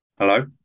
Hello